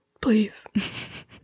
please